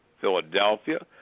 Philadelphia